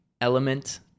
element